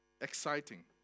Exciting